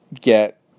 get